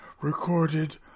recorded